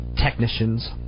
technicians